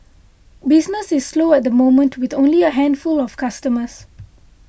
business is slow at the moment with only a handful of customers